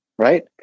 Right